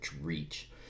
reach